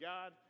God